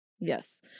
Yes